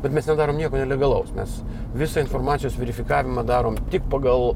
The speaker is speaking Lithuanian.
bet mes nedarom nieko nelegalaus mes visą informacijos verifikavimą darom tik pagal